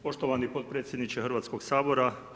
Poštovani potpredsjedniče Hrvatskog sabora.